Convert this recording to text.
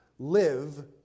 Live